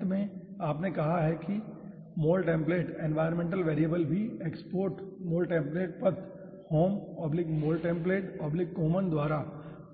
अंत में आपने कहा कि Moltemplate एनवायर्नमेंटल वेरिएबल भी एक्सपोर्ट Moltemplate पथ homemoltemplatecommon द्वारा